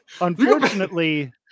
unfortunately